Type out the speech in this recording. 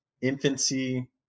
infancy